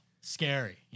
scary